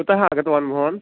कुतः आगतवान् भवान्